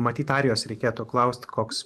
matyt arijos reikėtų klaust koks